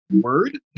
word